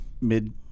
mid